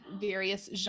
various